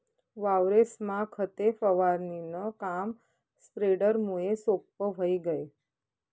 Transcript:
वावरेस्मा खते फवारणीनं काम स्प्रेडरमुये सोप्पं व्हयी गय